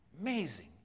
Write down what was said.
Amazing